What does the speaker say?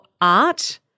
art